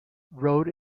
rode